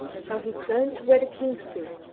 so he turned to where the king stood,